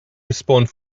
respond